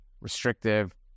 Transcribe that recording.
restrictive